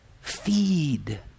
Feed